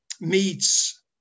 meets